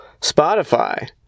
Spotify